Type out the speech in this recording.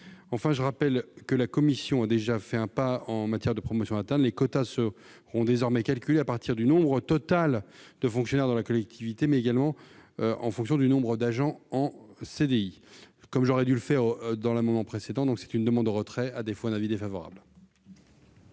Enfin, je rappelle que la commission a déjà fait un pas en matière de promotion interne. Les quotas seront désormais calculés à partir du nombre total de fonctionnaires dans la collectivité, mais également en fonction du nombre d'agents en CDI. Comme j'aurais dû le faire pour l'amendement précédent, je demande le retrait, faute de quoi j'émettrais un avis défavorable.